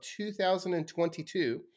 2022